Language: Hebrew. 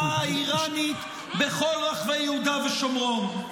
-- להתגברות ההשפעה האיראנית בכל רחבי יהודה ושומרון.